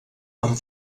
amb